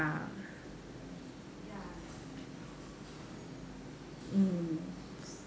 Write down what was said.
ya mm